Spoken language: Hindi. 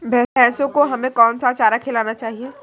भैंसों को हमें कौन सा चारा खिलाना चाहिए?